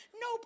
no